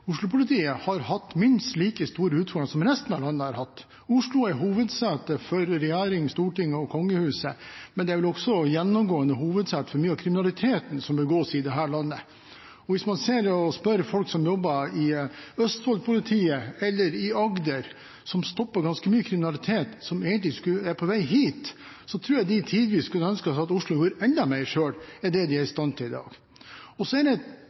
Oslo-politiet har hatt minst like store utfordringer som resten av landet. Oslo er hovedsete for regjeringen, Stortinget og kongehuset, men er også gjennomgående hovedsete for mye av kriminaliteten som begås i dette landet. Hvis man spør folk som jobber i politiet i Østfold eller i Agder, og som stopper ganske mye kriminalitet som egentlig er på vei hit, tror jeg at de tidvis kunne ønske at Oslo-politiet gjorde enda mer selv enn det de er i stand til i dag. Det oppleves som et paradoks – og statsråden var så vidt inne på det